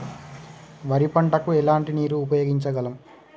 వరి పంట కు ఎలాంటి నీరు ఉపయోగించగలం?